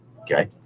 Okay